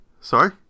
Sorry